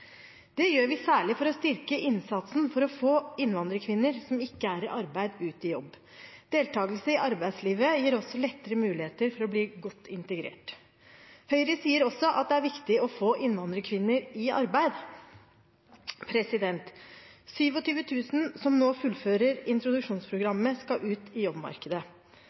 Det gjør vi særlig for å styrke innsatsen for å få innvandrerkvinner som ikke er i arbeid, ut i jobb. Deltakelse i arbeidslivet gir også bedre muligheter til å bli godt integrert. Høyre sier også at det er viktig å få innvandrerkvinner i arbeid. 27 000 som nå fullfører introduksjonsprogrammet, skal ut i jobbmarkedet.